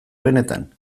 benetan